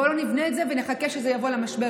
בואו נבנה את זה ולא נחכה שיבוא משבר.